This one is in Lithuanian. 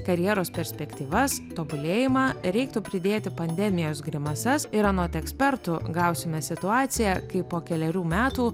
karjeros perspektyvas tobulėjimą reiktų pridėti pandemijos grimasas ir anot ekspertų gausime situaciją kai po kelerių metų